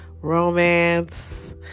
romance